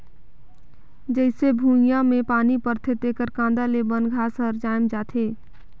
जईसे भुइयां में पानी परथे तेकर कांदा ले बन घास हर जायम जाथे